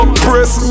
press